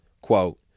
Quote